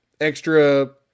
extra